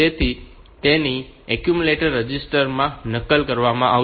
તેથી તેની accumulator register માં નકલ કરવામાં આવશે